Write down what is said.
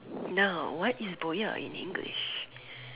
now what is booyah in English